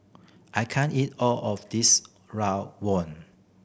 I can't eat all of this rawon